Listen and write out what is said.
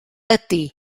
ydy